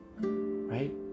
right